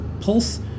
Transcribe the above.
Pulse